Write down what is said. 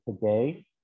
today